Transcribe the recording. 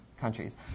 countries